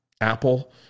Apple